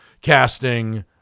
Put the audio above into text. casting